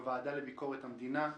הוועדה לענייני ביקורת המדינה.